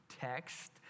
text